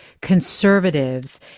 conservatives